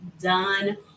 done